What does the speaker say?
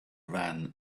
ran